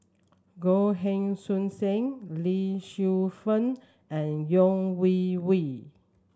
Goh Heng Soon Sam Lee Shu Fen and Yeo Wei Wei